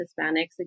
Hispanics